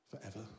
forever